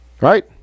Right